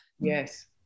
yes